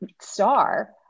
star